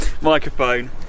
microphone